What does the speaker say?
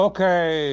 Okay